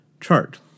Chart